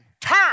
turn